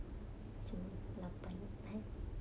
macam lapan eh